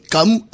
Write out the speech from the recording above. Come